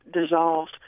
dissolved